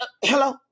Hello